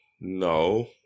No